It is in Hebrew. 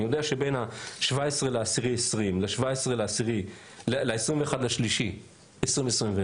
אני יודע שבין ה-17 באוקטובר 2020 ל-21 במרס 2021,